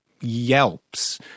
yelps